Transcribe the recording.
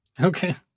Okay